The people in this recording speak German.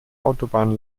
autobahn